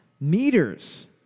meters